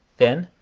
then,